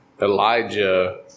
Elijah